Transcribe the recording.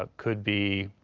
ah could be,